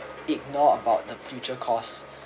ignore about the future costs